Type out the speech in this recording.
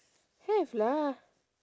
have lah